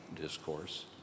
discourse